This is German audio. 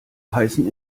heißen